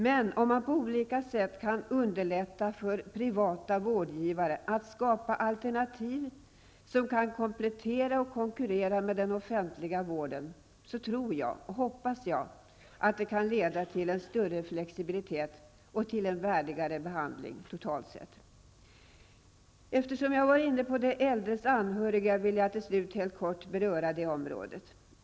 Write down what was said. Men om man på olika sätt underlättar för privata vårdgivare att skapa alternativ som kan komplettera och konkurrera med den offentliga vården tror och hoppas jag att det kan leda till en större flexibilitet och till en värdigare behandling, totalt sett. Eftersom jag varit inne på äldres anhöriga vill jag till slut helt kort beröra det området.